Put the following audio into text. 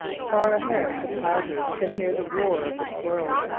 far ahead the paddlers can hear the roar of the swirl.